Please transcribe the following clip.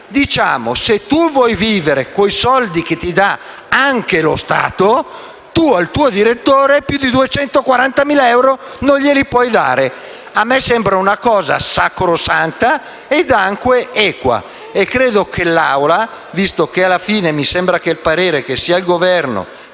che se tu vuoi vivere con i soldi che ti dà anche lo Stato tu al tuo direttore più di 240.000 euro non gli puoi dare. A me sembra una cosa sacrosanta ed anche equa e credo che l'Aula la approverà, visto che alla fine mi sembra che sia il Governo